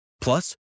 Plus